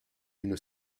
une